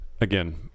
again